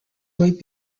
wait